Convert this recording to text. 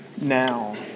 now